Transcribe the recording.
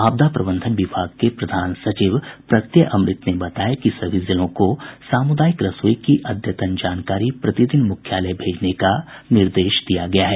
आपदा प्रबंधन विभाग के प्रधान सचिव प्रत्यय अमृत ने बताया कि सभी जिलों को सामुदायिक रसोई की अद्यतन जानकारी प्रतिदिन मुख्यालय भेजने का निर्देश दिया गया है